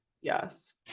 Yes